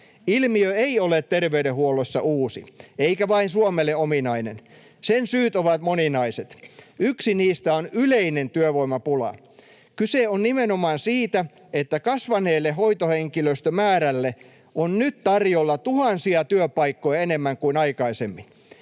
Ilmiö ei ole terveydenhuollossa uusi eikä vain Suomelle ominainen. Sen syyt ovat moninaiset. Yksi niistä on yleinen työvoimapula. Kyse on nimenomaan siitä, että kasvaneelle hoitohenkilöstömäärälle on nyt tarjolla tuhansia työpaikkoja enemmän kuin aikaisemmin.